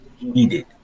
needed